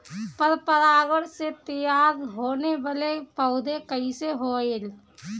पर परागण से तेयार होने वले पौधे कइसे होएल?